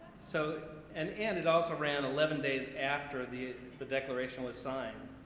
so and and it also ran eleven days after the the declaration was signed,